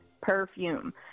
perfume